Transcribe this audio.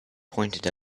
pointed